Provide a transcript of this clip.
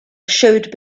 showed